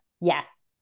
Yes